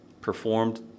performed